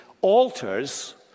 alters